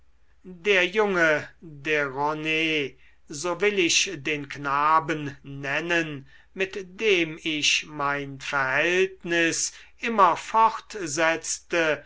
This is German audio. der junge derones so will ich den knaben nennen mit dem ich mein verhältnis immer